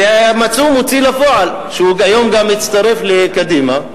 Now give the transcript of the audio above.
ומצאו מוציא לפועל, שהיום גם הצטרף לקדימה.